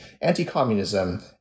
anti-communism